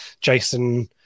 Jason